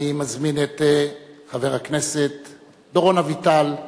אני מזמין את חבר הכנסת דורון אביטל,